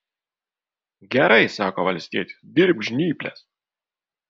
gerai sako valstietis dirbk žnyples